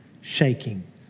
shaking